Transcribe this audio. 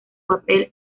papel